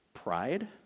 Pride